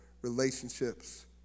relationships